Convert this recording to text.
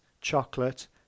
chocolate